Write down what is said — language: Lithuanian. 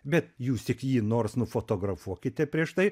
bet jūs tik jį nors nufotografuokite prieš tai